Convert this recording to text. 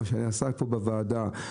מה שנעשה פה בוועדה.